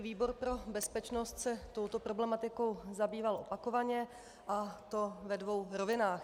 Výbor pro bezpečnost se touto problematikou zabýval opakovaně, a to ve dvou rovinách.